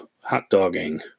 hot-dogging